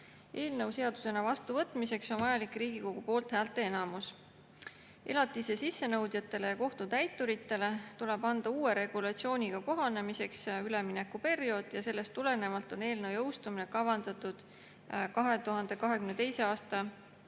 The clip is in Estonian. Eelnõu seadusena vastuvõtmiseks on vajalik Riigikogu poolthäälte enamus. Elatise sissenõudjatele ja kohtutäituritele tuleb anda uue regulatsiooniga kohanemiseks üleminekuperiood ja sellest tulenevalt on eelnõu jõustumine kavandatud 2022. aasta